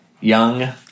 Young